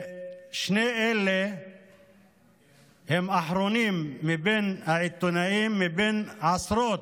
שני אלה הם אחרונים מבין העיתונאים, מבין עשרות,